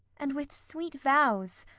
and with sweet vows,